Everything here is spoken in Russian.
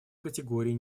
категории